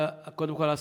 קודם כול,